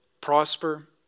prosper